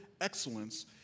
excellence